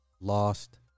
lost